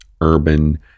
Urban